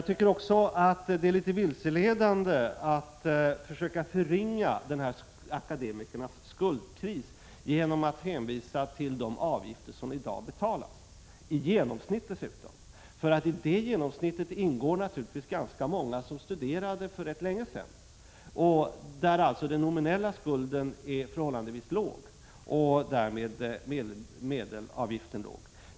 Det är litet vilseledande att försöka förringa akademikernas skuldkris genom att hänvisa till de avgifter som i dag betalas, dessutom att ange ett genomsnitt. I det genomsnittet ingår naturligtvis ganska många som studerade för rätt länge sedan, och för dem är den nominella skulden förhållandevis låg och därmed medelavgiften låg.